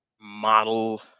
model